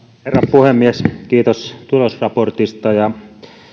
puhemies kiitos tulosraportista ja